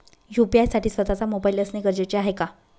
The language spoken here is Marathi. यू.पी.आय साठी स्वत:चा मोबाईल असणे गरजेचे आहे का?